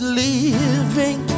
living